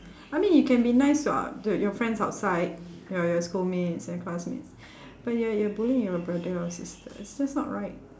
I mean you can be nice [what] to your friends outside your your schoolmates and classmates but you're you're bullying your brother or sister it's just not right